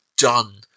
done